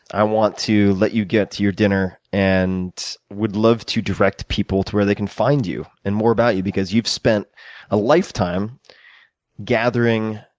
i want to let you get to your dinner and would love to direct people to where they can find you and more about you, because you've spent a lifetime gathering,